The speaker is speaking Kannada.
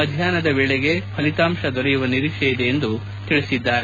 ಮಧ್ಯಾಹ್ನದ ವೇಳಿಗೆ ಫಲಿತಾಂಶ ದೊರೆಯುವ ನಿರೀಕ್ಷೆ ಇದೆ ಎಂದು ಹೇಳಿದರು